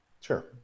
Sure